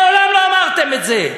מעולם לא אמרתם את זה,